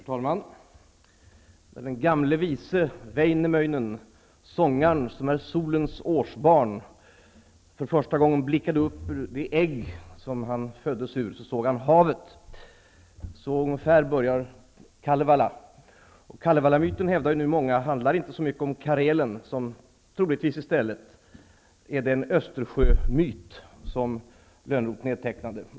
Herr talman! När den gamle vise Väinämöinen, sångaren som är solens årsbarn, för första gången blickade upp ur det ägg som han föddes ur såg han havet. Så ungefär börjar Kalevala. Många hävdar att Kalevalamyten inte handlar så mycket om Karelen utan att den troligtvis i stället är en Östersjömyt som Elias Lönnrot nedtecknade.